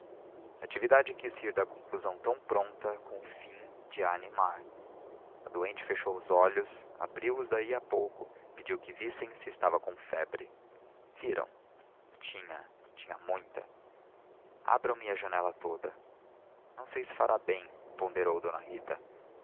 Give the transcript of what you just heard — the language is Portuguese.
natividade quis rir da conclusão tão pronta com o fim de a animar a doente fechou os olhos abriu os daí a pouco e pediu que vissem se estava com febre viram tinha tinha muita abram me a janela toda não sei se fará bem ponderou d rita